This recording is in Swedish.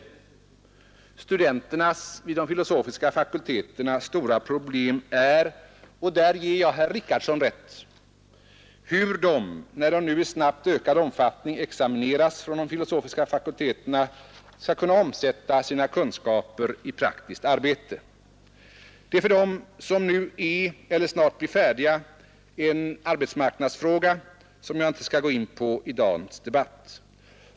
Det stora problemet för studenterna vid de filosofiska fakulteterna är — på den punkten ger jag herr Richardson rätt — hur de, när de nu i snabbt ökande omfattning examineras från de filosofiska fakulteterna, skall kunna omsätta sina kunskaper i praktiskt arbete. Det är för dem som nu är eller snart blir färdiga en arbetsmarknadsfråga som jag inte skall gå in på i dagens debatt.